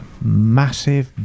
massive